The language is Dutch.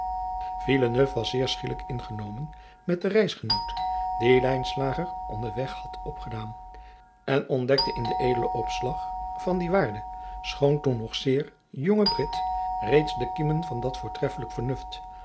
was zeer schielijk ingenomen met den reisgenoot dien lijnslager onder weg had opgedaan en ontdekte in den edelen opslag van dien waardijen schoon toen nog zeer jongen brit reeds de kiemen van dat voortreffelijk